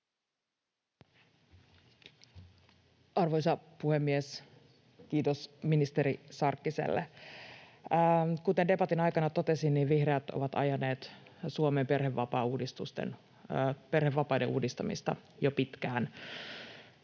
Arvoisa puhemies! Kiitos ministeri Sarkkiselle. Kuten debatin aikana totesin, vihreät ovat ajaneet Suomen perhevapaiden uudistamista jo pitkään.